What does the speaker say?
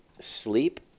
sleep